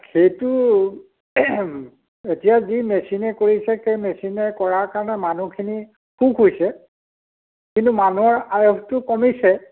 সেইটো এতিয়া যি মেচিনে কৰিছে সেই মেচিনে কৰা কাৰণে মানুহখিনি সুখ হৈছে কিন্তু মানুহৰ আয়ুসটো কমিছে